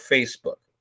Facebook